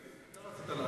לא רציתי.